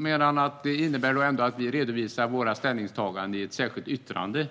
Men det innebär att vi redovisar våra ställningstaganden i ett särskilt yttrande,